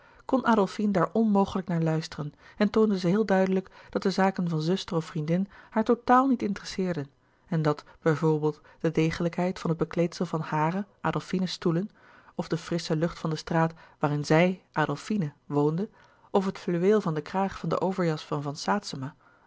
zielen adolfine daar onmogelijk naar luisteren en toonde zij heel duidelijk dat de zaken van zuster of vriendin haar totaal niet interesseerden en dat bij voorbeeld de degelijkheid van het bekleedsel van hare adolfine's stoelen of de frissche lucht van de straat waarin zij adolfine woonde of het fluweel van den kraag van de overjas van van